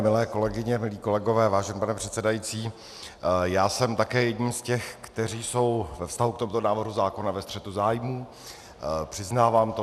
Milé kolegyně, milí kolegové, vážený pane předsedající, já jsem také jedním z těch, kteří jsou ve vztahu k tomuto návrhu zákona ve střetu zájmů, přiznávám to.